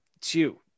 two